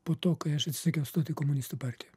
po to kai aš atsisakiau stot į komunistų partiją